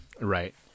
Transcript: Right